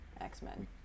x-men